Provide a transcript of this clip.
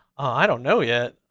i don't know yet.